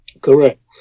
Correct